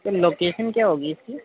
سر location کیا ہوگی اِس کی